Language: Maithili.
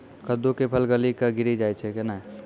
कददु के फल गली कऽ गिरी जाय छै कैने?